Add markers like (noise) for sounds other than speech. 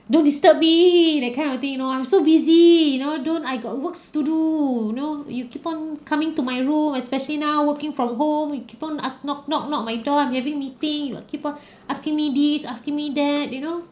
don't disturb me that kind of thing you know I'm so busy you know don't I got works to do you know you keep on coming to my room especially now working from home you keep on ugh knock knock knock my door I'm having meeting you keep on (breath) asking me this asking me that you know